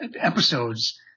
episodes